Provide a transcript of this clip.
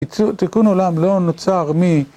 תיקון עולם לא נוצר מ...